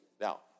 Now